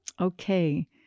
Okay